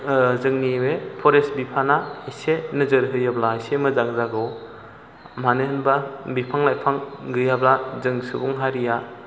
जोंनि बे फरेस्ट बिफाना एसे नोजोर होयोब्ला एसे मोजां जागौ मानो होनबा बिफां लाइफां गैयाब्ला जों सुबुं हारिया